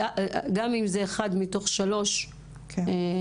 גם אם זה אחד מתוך שלוש סיבות,